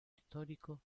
histórico